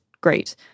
great